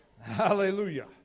Hallelujah